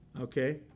Okay